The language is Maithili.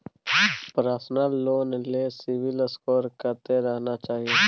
पर्सनल लोन ले सिबिल स्कोर कत्ते रहना चाही?